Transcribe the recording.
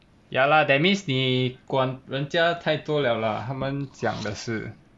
ya lah that means 你管人家太多了 lah 他们讲的事